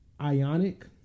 Ionic